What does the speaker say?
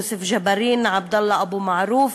יוסף ג'בארין ועבדאללה אבו מערוף.